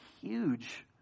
huge